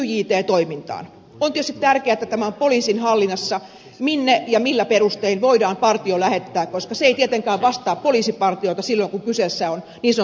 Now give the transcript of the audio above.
on tietysti tärkeää että on poliisin hallinnassa minne ja millä perustein voidaan partio lähettää koska se ei tietenkään vastaa poliisipartiota silloin kun kyseessä on niin sanottu sekapartio